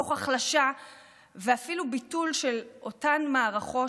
תוך החלשה ואפילו ביטול של אותן מערכות